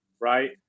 right